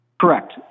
Correct